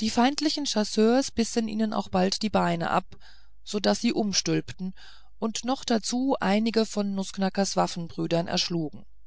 die feindlichen chasseurs bissen ihnen auch bald die beine ab so daß sie umstülpten und noch dazu einige von nußknackers waffenbrüdern erschlugen